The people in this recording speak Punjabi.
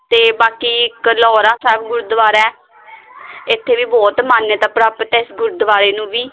ਅਤੇ ਬਾਕੀ ਕਲੌਰਾ ਸਾਹਿਬ ਗੁਰਦੁਆਰਾ ਇੱਥੇ ਵੀ ਬਹੁਤ ਮਾਨਯਤਾ ਪ੍ਰਾਪਤ ਹੈ ਇਸ ਗੁਰਦੁਆਰੇ ਨੂੰ ਵੀ